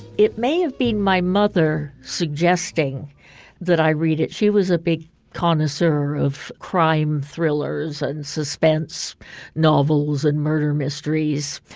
it may have been my mother suggesting that i read it. she was a big connoisseur of crime thrillers and suspense novels and murder mysteries.